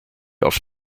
auf